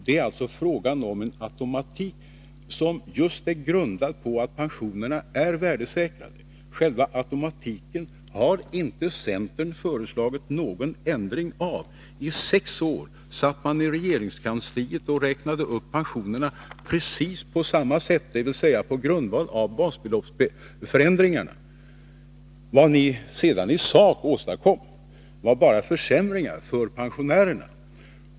Det är alltså fråga om en automatik, som just är grundad på att pensionerna är värdesäkrade. Själva automatiken har inte centern föreslagit någon ändring av. I sex år satt man i regeringskansliet och räknade upp pensionerna precis på samma sätt, dvs. på grundval av basbeloppsföränd ringarna. Vad ni sedan i sak åstadkom var bara försämringar för pensionärerna.